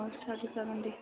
आत्सा जागोन दे